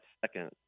second